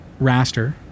raster